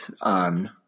on